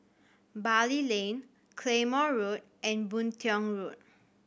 Bali Lane Claymore Road and Boon Tiong Road